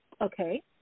Okay